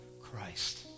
Christ